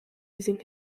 using